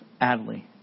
Adley